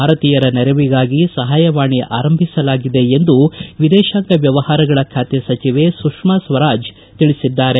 ಭಾರತೀಯರ ನೆರವಿಗಾಗಿ ಸಹಾಯವಾಣಿ ಆರಂಭಿಸಲಾಗಿದೆ ಎಂದು ವಿದೇಶಾಂಗ ವ್ಯವಹಾರಗಳ ಖಾತೆ ಸಚಿವೆ ಸುಷ್ಕಾ ಸ್ವರಾಜ್ ತಿಳಿಸಿದ್ದಾರೆ